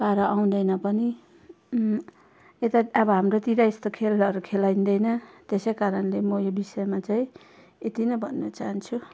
पारा आउँदैन पनि यता अब हाम्रोतिर यस्तो खेलहरू खेलाइँदैन त्यसै कारणले म यो विषयमा चाहिँ यति नै भन्न चाहन्छु